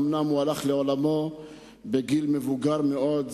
אומנם הוא הלך לעולמו בגיל מבוגר מאוד,